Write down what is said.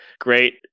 great